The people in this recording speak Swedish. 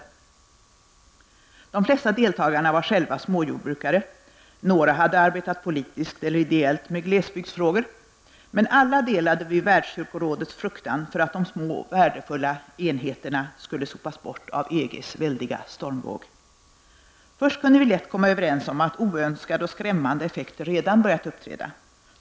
De flesta deltagarna var själva småjordbrukare, några hade arbetat politiskt eller ideellt med glesbygdsfrågor, men alla delade vi Världskyrkorådets fruktan för att de små värdefulla enheterna skulle sopas bort av EGs väldiga stormvåg. Först kunde vi lätt komma överens om att oönskade och skrämmande effekter redan hade börjat uppträda.